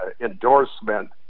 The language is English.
endorsement